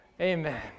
Amen